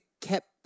kept